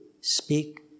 speak